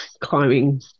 climbing